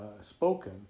spoken